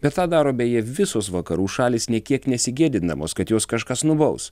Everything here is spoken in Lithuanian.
bet tą daro beje visos vakarų šalys nė kiek nesigėdindamos kad juos kažkas nubaus